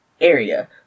area